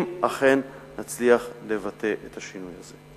אם אכן נצליח לבטא את השינוי הזה.